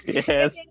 yes